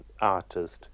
artist